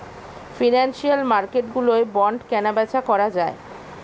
financial মার্কেটগুলোয় bond কেনাবেচা করা যায়